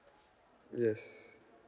yes